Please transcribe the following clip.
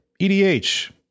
EDH